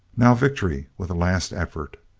now victory with a last effort!